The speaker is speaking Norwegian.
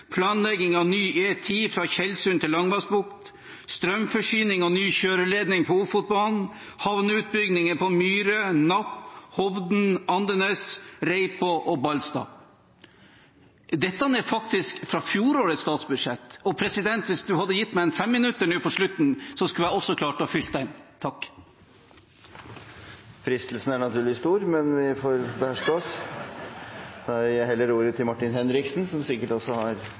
planlegging av ny E10 fra Tjeldsund til Langvassbukt, strømforsyning og ny kjøreledning på Ofotbanen, havneutbygginger på Myre, Napp, Hovden, Andenes, Reipå og Ballstad. Dette er faktisk fra fjorårets statsbudsjett, og hvis presidenten hadde gitt meg et femminuttersinnlegg nå på slutten, skulle jeg også klart å fylle det. Fristelsen er naturligvis stor, men vi får beherske oss. Jeg gir heller ordet til Martin Henriksen, som sikkert også har